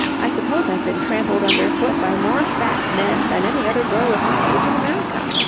i suppose i've been trampled underfoot by more fat men than any other girl of my age in america.